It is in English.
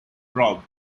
rob